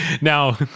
Now